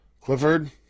Clifford